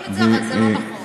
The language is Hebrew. אומרים את זה, אבל זה לא נכון.